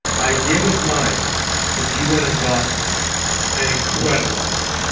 idea was mine but you went and got an incredible operator.